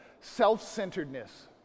Self-centeredness